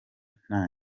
nta